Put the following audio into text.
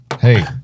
Hey